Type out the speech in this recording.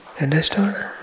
Understood